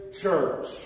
church